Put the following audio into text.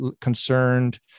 concerned